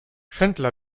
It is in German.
chandler